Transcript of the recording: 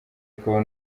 akaba